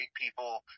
people